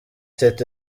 teta